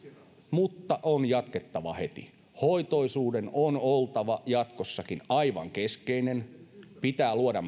mutta on jatkettava heti hoitoisuuden on oltava jatkossakin aivan keskeinen asia pitää luoda